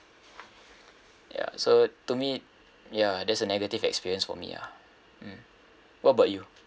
ya so to me ya that's a negative experience for me ah mm what about you